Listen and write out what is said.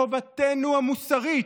חובתנו המוסרית,